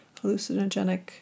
hallucinogenic